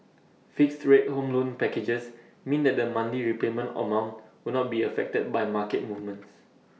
fixed rate home loan packages means that the monthly repayment amount will not be affected by market movements